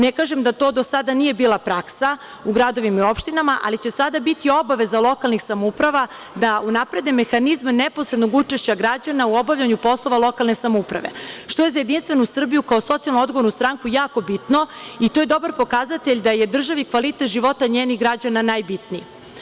Ne kažem da to do sada nije bila praksa u gradovima i opštinama, ali će sada biti obaveza lokalnih samouprava da unaprede mehanizme neposrednog učešća građana u obavljanju poslova lokalne samouprave, što je za JS, kao socijalno odgovornu stranku, jako bitno, i to je dobar pokazatelj da je državi kvalitet života njenih građana najbitniji.